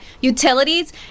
utilities